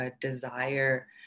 desire